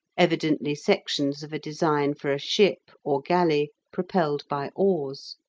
evidently sections of a design for a ship or galley propelled by oars.